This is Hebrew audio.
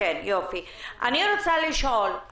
אני מנהל אגף הרווחה בעיריית נס ציונה ואני נציג השלטון המקומי.